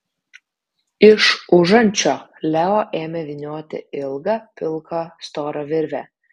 iš užančio leo ėmė vynioti ilgą pilką storą virvę